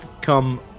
come